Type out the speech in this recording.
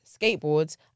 skateboards